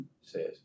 says